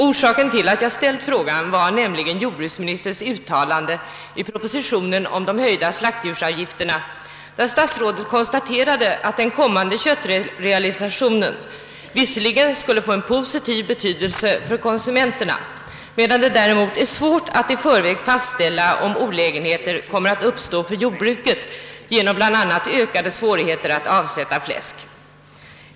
Orsaken till att jag ställde frågan var jordbruksministerns proposition om de höjda slaktdjursavgifterna, vari statsrådet konstaterar att den kommande köttrealisationen visserligen skulle få positiv betydelse för konsumenterna men att det däremot var svårt att i förväg fastställa de olägenheter som kommer att uppstå för jordbruket, bl.a. genom ökade svårigheter att avsätta fläsk.